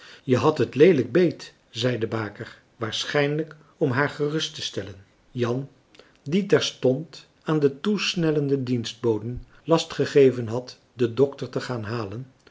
je hadt het leelijk beet zei de baker waarschijnlijk om haar gerusttestellen jan die terstond aan de toesnellende dienstboden last gegeven had den dokter te gaan halen